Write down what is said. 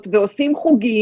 אסור לכוון לשם.